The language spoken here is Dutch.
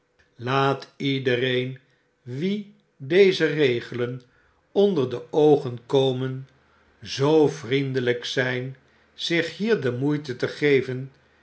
laat iedereen wien deze regelen onder de de verklaring van george silverman oogen komen zoo vriendelijk zijn zich hier de moeite te geven